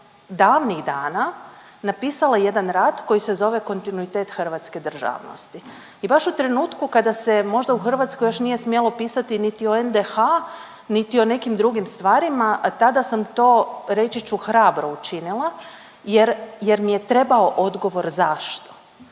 davnih dana napisala jedan rad koji se zove Kontinuitet hrvatske državnosti. I baš u trenutku kada se možda u Hrvatskoj još nije smjelo pisati niti o NDH niti o nekim drugim stvarima, tada sam to reći ću hrabro učinila jer, jer mi je trebao odgovor zašto.